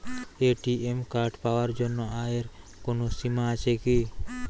ATM card পাওয়ার জন্য আয়ের কোনো সীমা আছে কি?